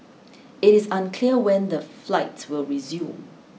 it is unclear when the flights will resume